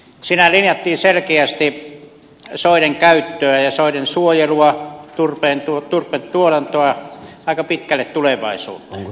siinä linjattiin selkeästi soiden käyttöä ja soiden suojelua turpeentuotantoa aika pitkälle tulevaisuuteen